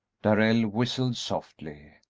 darrell whistled softly.